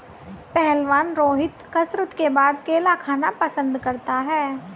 पहलवान रोहित कसरत के बाद केला खाना पसंद करता है